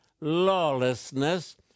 lawlessness